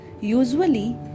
usually